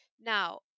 Now